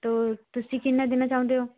ਤੋ ਤੁਸੀਂ ਕਿੰਨਾਂ ਦੇਣਾ ਚਾਹੁੰਦੇ ਓ